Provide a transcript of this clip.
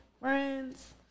friends